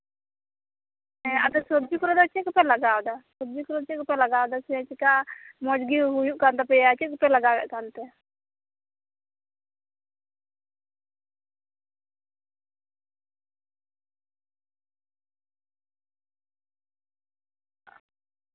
ᱦᱮᱸ ᱟᱫᱚ ᱥᱚᱵᱡᱤ ᱠᱚᱨᱮ ᱫᱚ ᱪᱮᱫ ᱠᱚᱯᱮ ᱞᱟᱜᱟᱣ ᱮᱫᱟ ᱥᱟᱵᱡᱤ ᱠᱚᱨᱮ ᱪᱮᱫ ᱠᱚᱯᱮ ᱞᱟᱜᱟᱣ ᱮᱫᱟ ᱥᱮ ᱪᱮᱠᱟ ᱢᱚᱸᱡᱽ ᱜᱮ ᱦᱩᱭᱩᱜ ᱠᱟᱱ ᱛᱟᱯᱮᱭᱟ ᱪᱮᱫ ᱠᱚᱯᱮ ᱞᱟᱜᱟᱣᱮᱫ ᱠᱟᱱᱛᱮ